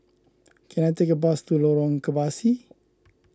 can I take a bus to Lorong Kebasi